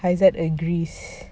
haizat agrees